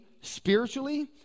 spiritually